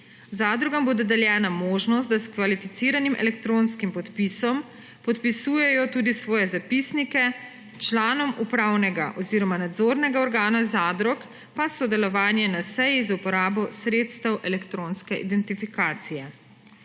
Zadrugam bo dodeljena možnost, da s kvalificiranim elektronskim podpisom podpisujejo tudi svoje zapisnike, članom upravnega oziroma nadzornega organa zadrug pa sodelovanje na seji z uporabo sredstev elektronske identifikacije.